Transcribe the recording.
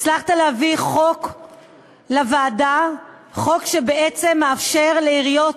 הצלחת להביא חוק לוועדה, חוק שבעצם מאפשר לעיריות,